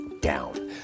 down